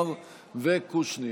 חמד עמאר ואלכס קושניר.